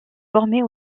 former